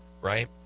right